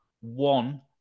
one